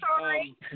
sorry